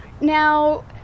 Now